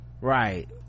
right